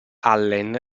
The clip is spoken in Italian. allen